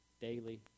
daily